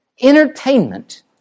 entertainment